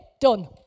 done